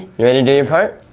you ready to do your part?